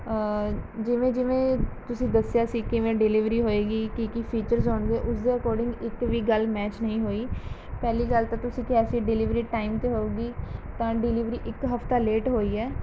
ਜਿਵੇਂ ਜਿਵੇਂ ਤੁਸੀਂ ਦੱਸਿਆ ਸੀ ਕਿਵੇਂ ਡਿਲੀਵਰੀ ਹੋਏਗੀ ਕੀ ਕੀ ਫੀਚਰਜ ਹੋਣਗੇ ਉਸਦੇ ਅਕੋਰਡਿੰਗ ਇੱਕ ਵੀ ਗੱਲ ਮੈਚ ਨਹੀਂ ਹੋਈ ਪਹਿਲੀ ਗੱਲ ਤਾਂ ਤੁਸੀਂ ਕਿਹਾ ਸੀ ਡਿਲੀਵਰੀ ਟਾਈਮ 'ਤੇ ਹੋਵੇਗੀ ਤਾਂ ਡਿਲੀਵਰੀ ਇੱਕ ਹਫਤਾ ਲੇਟ ਹੋਈ ਹੈ